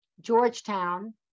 Georgetown